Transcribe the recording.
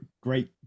great